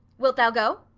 wilt thou go?